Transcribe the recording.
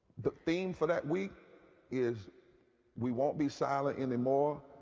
the theme for that week is we won't be silent anymore.